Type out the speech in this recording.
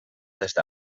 desde